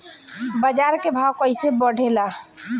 बाजार के भाव कैसे बढ़े ला?